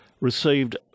received